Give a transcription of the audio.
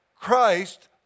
Christ